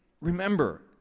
remember